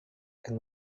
and